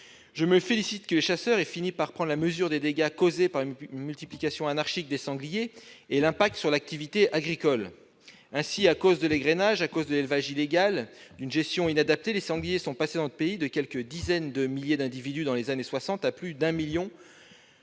Je me félicite que les chasseurs aient fini par prendre la mesure des dégâts causés par la multiplication anarchique des sangliers, notamment en termes d'impact sur l'activité agricole. Ainsi, à cause de l'égrainage, de l'élevage illégal et d'une gestion inadaptée, les sangliers sont passés dans le pays de quelques dizaines de milliers d'individus dans les années 1960 à plus d'un million